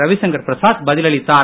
ரவிசங்கர் பிரசாத் பதிலளித்தார்